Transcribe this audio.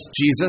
Jesus